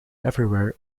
everywhere